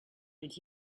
did